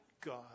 God